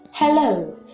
Hello